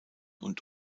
und